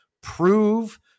prove